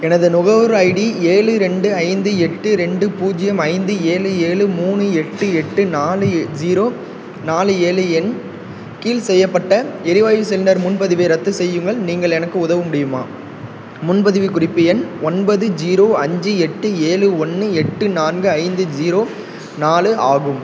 எனது நுகர்வோர் ஐடி ஏழு ரெண்டு ஐந்து எட்டு ரெண்டு பூஜ்ஜியம் ஐந்து ஏழு ஏழு மூணு எட்டு எட்டு நாலு ஜீரோ நாலு ஏழு இன் கீழ் செய்யப்பட்ட எரிவாயு சிலிண்டர் முன்பதிவை ரத்து செய்யுங்கள் நீங்கள் எனக்கு உதவ முடியுமா முன்பதிவு குறிப்பு எண் ஒன்பது ஜீரோ அஞ்சு எட்டு ஏழு ஒன்று எட்டு நான்கு ஐந்து ஜீரோ நாலு ஆகும்